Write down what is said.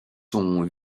sont